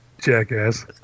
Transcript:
Jackass